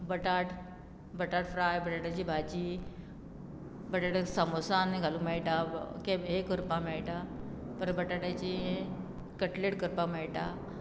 बटाट बटाट फ्राय बटाट्याची भाजी बटाट सामोसान घालूंक मेळटा हे करपा मेळटा परत बटाट्याची कटलेट करपा मेळटा